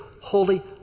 holy